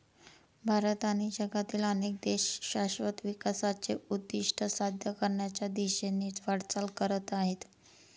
भारत आणि जगातील अनेक देश शाश्वत विकासाचे उद्दिष्ट साध्य करण्याच्या दिशेने वाटचाल करत आहेत